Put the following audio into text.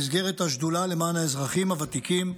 במסגרת השדולה למען האזרחים הוותיקים,